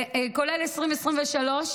כולל 2023,